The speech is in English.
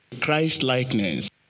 Christ-likeness